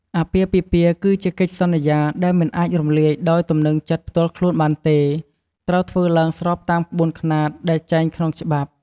អាពាហ៍ពិពាហ៍គឺជាកិច្ចសន្យាដែលមិនអាចរំលាយដោយទំនើងចិត្តផ្ទាល់ខ្លួនបានទេ ត្រូវធ្វើឡើងស្របតាមក្បួនខ្នាតដែលចែងក្នុងច្បាប់។